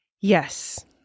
Yes